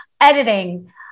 editing